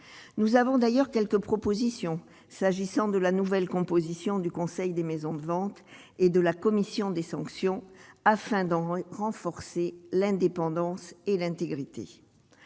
nous avons d'ailleurs quelques propositions s'agissant de la nouvelle composition du conseil des maisons de vente et de la commission des sanctions afin d'en moins renforcer l'indépendance et l'intégrité